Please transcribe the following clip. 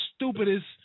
Stupidest